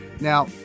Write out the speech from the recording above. Now